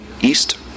East